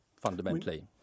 fundamentally